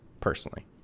personally